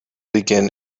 begin